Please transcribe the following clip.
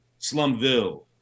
slumville